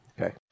Okay